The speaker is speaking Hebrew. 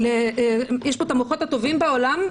יש בה את המוחות הטובים בעולם,